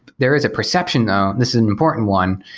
there is a perception though, and this is an important one,